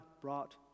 brought